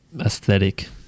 aesthetic